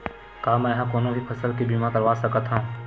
का मै ह कोनो भी फसल के बीमा करवा सकत हव?